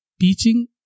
teaching